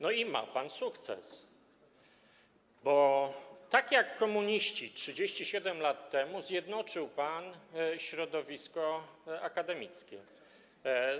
No i ma pan sukces, bo tak jak komuniści 37 lat temu zjednoczył pan środowisko akademickie.